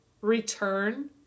return